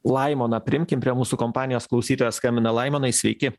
laimoną priimkim prie mūsų kompanijos klausytojas skambina laimonai sveiki